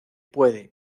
puede